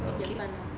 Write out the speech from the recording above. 一点半咯